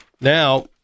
Now